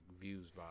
views